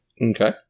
Okay